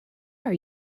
are